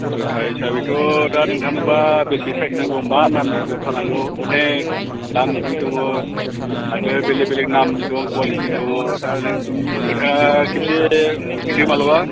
जुथा हिसाबैथ' दा नोंथांनोबा बेसे साइस नांगौ मा नामनि जुथा नांगौ अनेख दामिनि दङ आरो बेलेग बेलेग नामनि दं कवालिटि दङ दा नों नोंथाङा खेबसे फैदो मालाबा